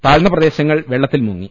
താഴ്ന്ന പ്രദേശങ്ങൾ വെള്ളത്തിൽ മുങ്ങി